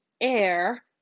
air